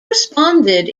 responded